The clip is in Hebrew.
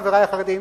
חברי החרדים,